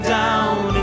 down